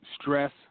stress